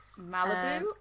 Malibu